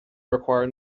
required